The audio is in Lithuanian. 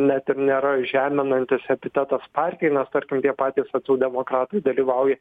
net ir nėra žeminantis epitetas partijai nes tarkim tie patys socialdemokratai dalyvauja